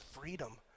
freedom